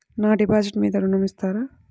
నా డిపాజిట్ మీద ఋణం ఇస్తారా?